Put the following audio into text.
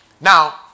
Now